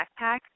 backpack